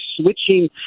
switching